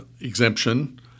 exemption